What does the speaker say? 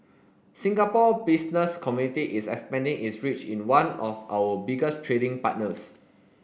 Singapore Business Community is expanding its reach in one of our biggest trading partners